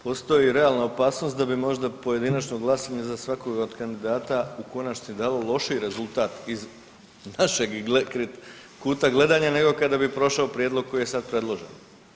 Postoji realna opasnost da bi možda pojedinačno glasanje za svakoga od kandidata u konačnici dalo lošiji rezultat iz našeg kuta gledanja, nego kada bi prošao prijedlog koji je sad predložen.